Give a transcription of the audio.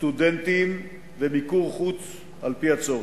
סטודנטים, ומיקור חוץ בעת הצורך.